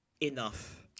enough